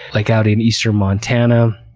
like out in eastern montana,